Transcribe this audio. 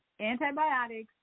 Antibiotics